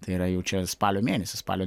tai yra jau čia spalio mėnesį spalio